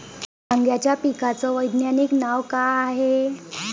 वांग्याच्या पिकाचं वैज्ञानिक नाव का हाये?